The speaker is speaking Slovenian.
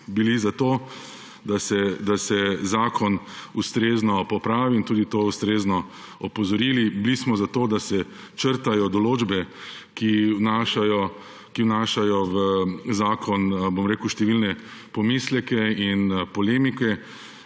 bili za to, da se zakon ustrezno popravi in smo na to tudi ustrezno opozorili. Bili smo za to, da se črtajo določbe, ki vnašajo v zakon številne pomisleke in polemike.